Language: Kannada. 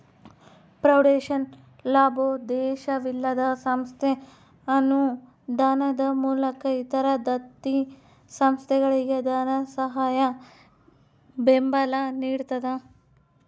ಫೌಂಡೇಶನ್ ಲಾಭೋದ್ದೇಶವಿಲ್ಲದ ಸಂಸ್ಥೆ ಅನುದಾನದ ಮೂಲಕ ಇತರ ದತ್ತಿ ಸಂಸ್ಥೆಗಳಿಗೆ ಧನಸಹಾಯ ಬೆಂಬಲ ನಿಡ್ತದ